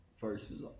versus